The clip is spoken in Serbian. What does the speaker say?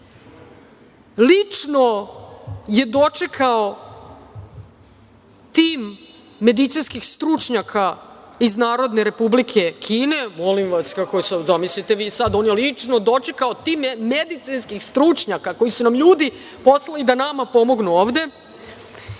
lično je dočekao tim medicinskih stručnjaka iz Narodne Republike Kine, molim vas, zamislite sad, on je lično dočekao tim medicinskih stručnjaka koje su nam ljudi poslali da nama pomognu ovde,